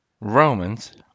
Romans